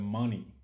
money